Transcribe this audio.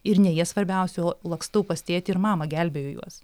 ir ne jie svarbiausi o lakstau pas tėtį ir mamą gelbėju juos